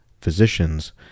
physicians